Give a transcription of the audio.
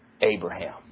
Abraham